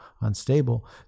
unstable